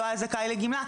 לא היה זכאי לגמלה,